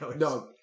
no